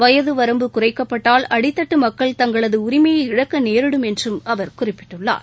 வயதுவரம்பு குறைக்கப்பட்டால் அடித்தட்டு மக்கள் தங்களது உரிமையை இழக்க நேரிடும் என்றும் அவர் குறிப்பிட்டுள்ளார்